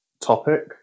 Topic